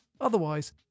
Otherwise